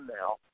now